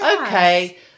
okay